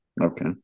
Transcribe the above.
Okay